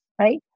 right